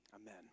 amen